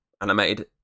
animated